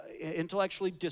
intellectually